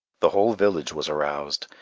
the whole village was aroused,